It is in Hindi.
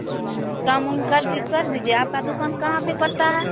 कम उम कर कर दीजिए आपकी दुकान कहाँ पर पड़ती है